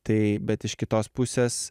tai bet iš kitos pusės